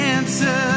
Answer